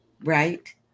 right